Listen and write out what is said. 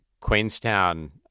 Queenstown